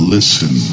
Listen